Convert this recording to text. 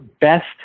best